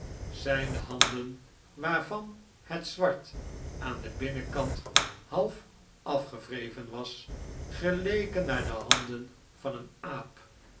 zyne handen waarvan het zwart aan den binnenkant half afgewreven was geleken naar de handen van een aap